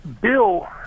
bill